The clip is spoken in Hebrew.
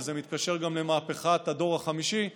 וזה מתקשר גם למהפכת הדור החמישי,